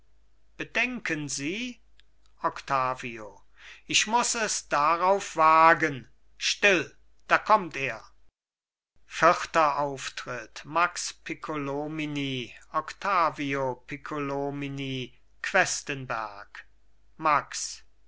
bedenken sie octavio ich muß es darauf wagen still da kommt er vierter auftritt max piccolomini octavio piccolomini questenberg max